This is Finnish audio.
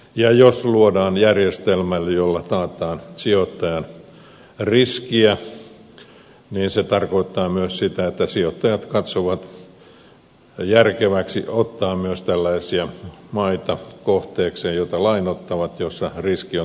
ja jos luodaan järjestelmä jolla taataan sijoittajan riskiä se tarkoittaa myös sitä että sijoittajat katsovat järkeväksi ottaa kohteikseen myös tällaisia maita joita lainottavat joissa riski on tavanomaista suurempi